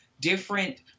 different